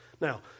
Now